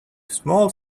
small